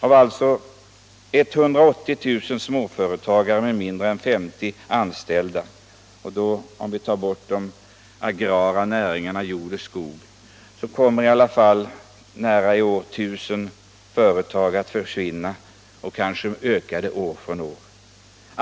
Av 180 000 småföretag med mindre än 50 anställda, exkl. de agrara näringarna jord och skog, kommer i år ca 1 000 företag att försvinna, ett antal som kanske ökar år från år.